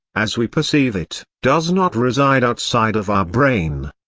as we perceive it, does not reside outside of our brain.